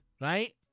Right